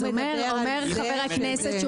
אז אומר חבר הכנסת,